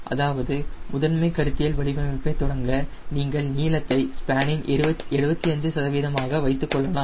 அதாவது முதன்மை கருத்தியல் வடிவமைப்பை தொடங்க நீங்கள் நீளத்தை ஸ்பேனின் 75 சதவீதமாக வைத்துக்கொள்ளலாம்